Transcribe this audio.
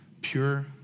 pure